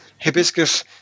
Hibiscus